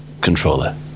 controller